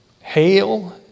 hail